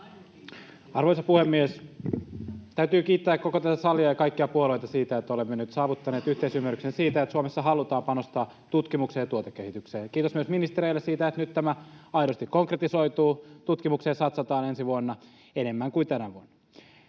Arvoisa puhemies! Täytyy kiittää koko tätä salia ja kaikkia puolueita siitä, että olemme nyt saavuttaneet yhteisymmärryksen siitä, että Suomessa halutaan panostaa tutkimukseen ja tuotekehitykseen. Kiitos myös ministereille siitä, että nyt tämä aidosti konkretisoituu, kun tutkimukseen satsataan ensi vuonna enemmän kuin tänä vuonna.